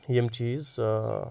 یِم چیٖز